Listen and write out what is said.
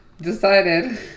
decided